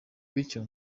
bityo